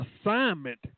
assignment